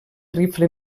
rifle